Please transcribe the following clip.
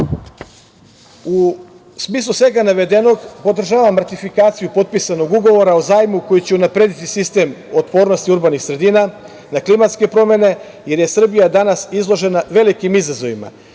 smislu svega navedenog, podržavam ratifikaciju potpisanog ugovora o zajmu koji će unaprediti sistem otpornosti urbanih sredina na klimatske promene, jer je Srbija danas izložena velikim izazovima.